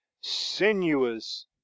sinuous